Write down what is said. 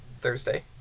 Thursday